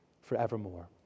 forevermore